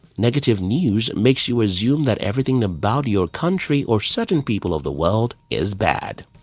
negative news make you assume that everything about your country or certain people of the world is bad.